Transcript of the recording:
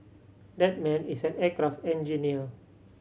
that man is an aircraft engineer